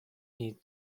need